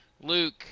Luke